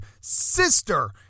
sister